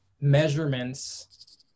measurements